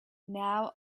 now